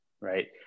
right